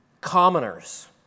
commoners